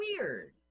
weird